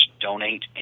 donate